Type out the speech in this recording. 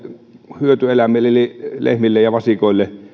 hyötyeläimille eli lehmille ja vasikoille